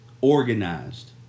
Organized